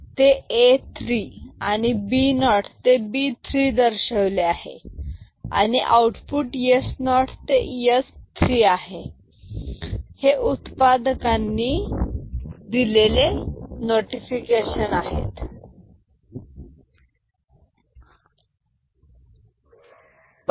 येथे A0 ते A3 आणि B 0 ते B 3 दर्शवलेले आहे आणि आउटपुट S 0 ते S 3 आहे हे उत्पादकांनी डिले ले नोटेशन असतात